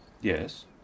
Yes